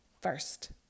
first